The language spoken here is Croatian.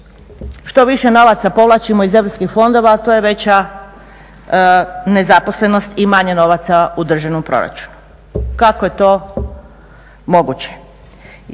što više novaca povlačimo iz europskih fondova to je veća nezaposlenost i manje novaca u državnom proračunu. Kako je to moguće?